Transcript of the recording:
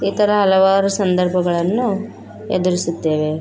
ಈ ಥರ ಹಲವಾರು ಸಂದರ್ಭಗಳನ್ನು ಎದುರಿಸುತ್ತೇವೆ